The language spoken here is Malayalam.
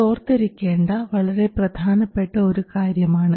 ഇത് ഓർത്തിരിക്കേണ്ട വളരെ പ്രധാനപ്പെട്ട ഒരു കാര്യമാണ്